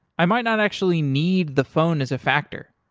i might not actually need the phone as a factor.